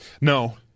No